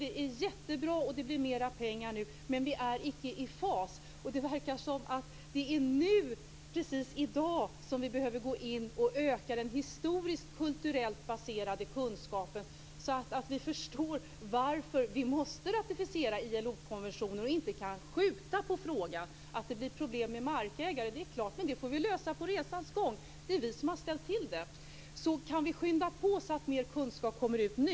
Det är jättebra att det blir mer pengar, men vi är icke i fas. Det verkar som om vi i dag behöver öka den historiskt, kulturellt baserade kunskapen, så att vi förstår varför vi måste ratificera ILO-konventionen och inte kan skjuta frågan på framtiden. Det är klart att det blir problem med markägare. Men de problemen får vi lösa under resans gång. Det är vi som har ställt till med problemen. Vi måste skynda på så att mer kunskap kommer fram nu.